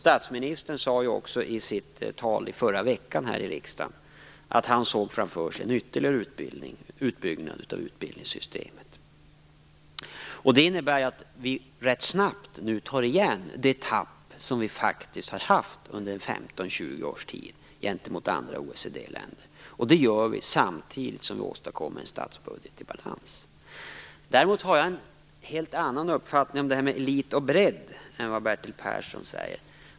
Statsministern sade också i sitt tal i förra veckan i riksdagen att han såg framför sig en ytterligare utbyggnad av utbildningssystemet. Det innebär att vi rätt snabbt kan ta igen det tapp som vi har haft under 15-20 års tid jämfört med andra OECD-länder. Detta gör vi samtidigt som vi åstadkommer en statsbudget i balans. Däremot har jag en helt annan uppfattning om elit och bredd än vad Bertil Persson har.